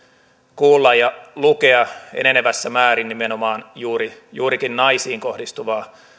kuulla ja lukea enenevässä määrin nimenomaan juurikin naisiin kohdistuvasta